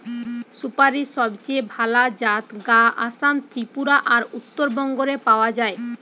সুপারীর সবচেয়ে ভালা জাত গা আসাম, ত্রিপুরা আর উত্তরবঙ্গ রে পাওয়া যায়